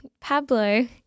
Pablo